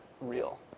real